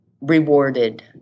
rewarded